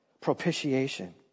Propitiation